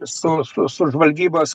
su su žvalgybos